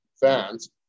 fans